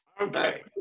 Okay